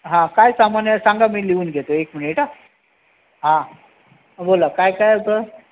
हां काय सामान आहे सांगा मी लिहून घेतो एक मिनिटं हां बोला काय काय होतं